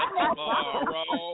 tomorrow